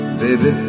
baby